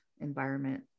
environment